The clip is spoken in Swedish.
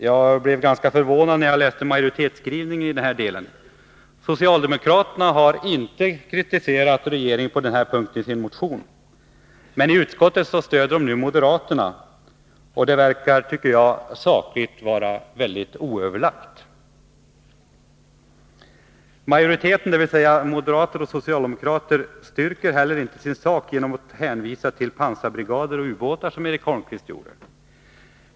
Jag blev ganska förvånad när jag läste majoritetsskrivningen i den här delen. Socialdemokraterna har inte kritiserat regeringen på denna punkt i sin motion, men i utskottet stöder de plötsligt moderaterna. Sakligt verkar det vara synnerligen oöverlagt. Majoriteten — dvs. moderater och socialdemokrater — styrker heller inte riktigheten i sina uppgifter genom att hänvisa till pansarbrigader och ubåtar, som Eric Holmqvist gjorde.